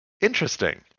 interesting